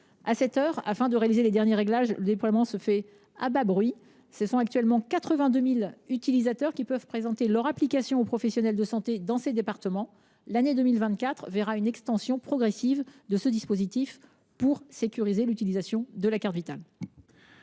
À cette heure, afin de réaliser les derniers réglages, le déploiement se fait à bas bruit. Ce sont actuellement 82 000 utilisateurs qui peuvent présenter leur application aux professionnels de santé dans ces départements. L’année 2024 verra une extension progressive de ce dispositif pour sécuriser l’utilisation de la carte Vitale.